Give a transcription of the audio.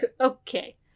okay